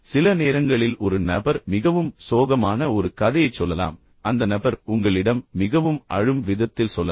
சில நேரங்களில் ஒரு நபர் வந்து மிகவும் சோகமான ஒரு கதையைச் சொல்லலாம் அந்த நபர் உங்களிடம் மிகவும் அழும் விதத்தில் சொல்லலாம்